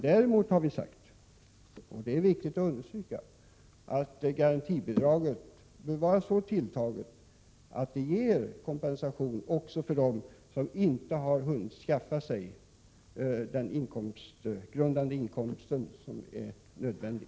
Däremot har vi sagt — det är viktigt att understryka — att garantibidraget bör vara så väl tilltaget att det ger kompensation också till dem som inte har hunnit skaffa sig den ersättningsgrundande inkomst som är nödvändig.